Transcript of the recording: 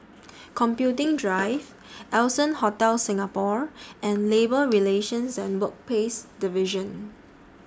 Computing Drive Allson Hotel Singapore and Labour Relations and Workplaces Division